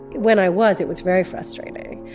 when i was it was very frustrating.